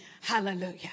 Hallelujah